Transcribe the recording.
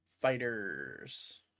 Fighters